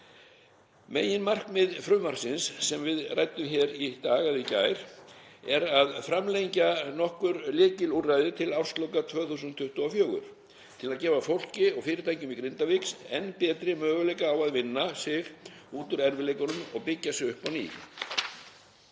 Meginmarkmið frumvarpsins sem við ræddum hér í gær er að framlengja nokkur lykilúrræði til ársloka 2024 til að gefa fólki og fyrirtækjum í Grindavík enn betri möguleika á að vinna sig út úr erfiðleikunum og byggja sig upp á nýtt.